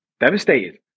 devastated